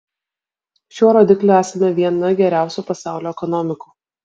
šiuo rodikliu esame viena geriausių pasaulio ekonomikų